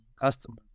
customer